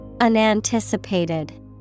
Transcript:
Unanticipated